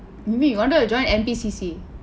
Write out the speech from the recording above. maybe you wanted to join N_P_C_C